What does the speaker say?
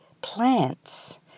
plants